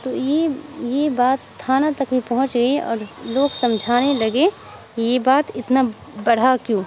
تو یہ یہ بات تھانہ تک بھی پہنچ گئی اور لوگ سمجھانے لگے یہ بات اتنا بڑھا کیوں